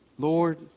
Lord